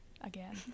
again